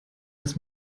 dass